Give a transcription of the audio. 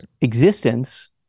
existence